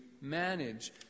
manage